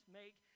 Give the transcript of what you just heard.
make